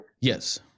Yes